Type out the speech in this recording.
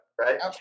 Right